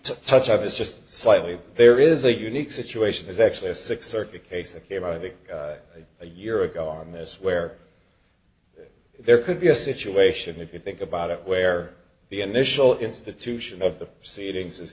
to touch up is just slightly there is a unique situation is actually a six circuit case that came out i think a year ago on this where there could be a situation if you think about it where the initial institution of the proceedings is